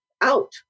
out